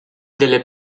delle